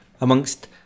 amongst